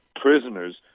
prisoners